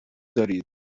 دارین